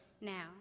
now